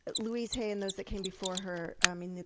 but louise hay and those that came before her, i mean,